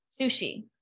Sushi